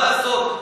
מה לעשות,